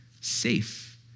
safe